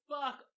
Fuck